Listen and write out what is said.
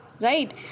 right